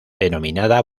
denominada